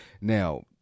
now